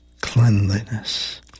cleanliness